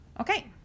Okay